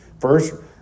First